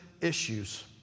issues